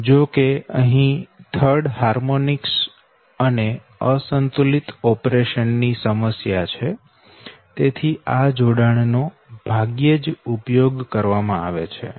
જો કે અહી થર્ડ હાર્મોનિક્સ અને અસંતુલિત ઓપરેશન ની સમસ્યા છે તેથી આ જોડાણ નો ભાગ્યે જ ઉપયોગ કરવામાં આવે છે